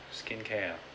skincare ah